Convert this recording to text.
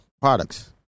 products